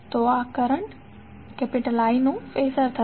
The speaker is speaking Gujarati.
તો આ કરંટ I નું ફેઝર થશે